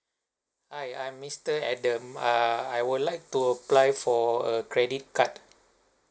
hi I am mister adam err I would like to apply for a credit card